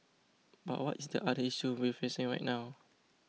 but what is the other issue we're facing right now